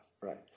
Right